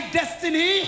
destiny